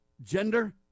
gender